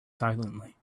silently